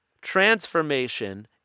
Transformation